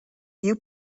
you